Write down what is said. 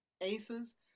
ACEs